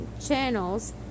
channels